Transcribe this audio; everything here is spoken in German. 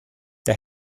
der